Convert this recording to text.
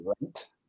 right